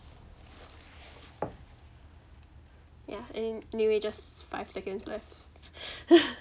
yeah an~ anyway just five seconds left